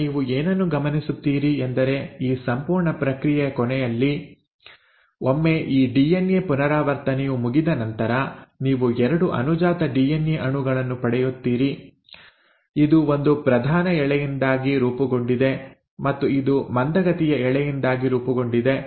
ಈಗ ನೀವು ಏನನ್ನು ಗಮನಿಸುತ್ತೀರಿ ಎಂದರೆ ಈ ಸಂಪೂರ್ಣ ಪ್ರಕ್ರಿಯೆಯ ಕೊನೆಯಲ್ಲಿ ಒಮ್ಮೆ ಈ ಡಿಎನ್ಎ ಪುನರಾವರ್ತನೆಯು ಮುಗಿದ ನಂತರ ನೀವು 2 ಅನುಜಾತ ಡಿಎನ್ಎ ಅಣುಗಳನ್ನು ಪಡೆಯುತ್ತೀರಿ ಇದು ಒಂದು ಪ್ರಧಾನ ಎಳೆಯಿಂದಾಗಿ ರೂಪುಗೊಂಡಿದೆ ಮತ್ತು ಇದು ಮಂದಗತಿಯ ಎಳೆಯಿಂದಾಗಿ ರೂಪುಗೊಂಡಿದೆ